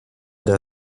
der